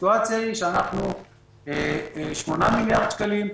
הסיטואציה היא שאנחנו מדברים על 8 מיליארד שקלים.